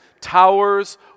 towers